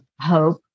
hope